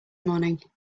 morning